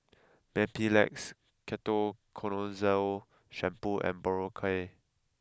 Mepilex Ketoconazole Shampoo and Berocca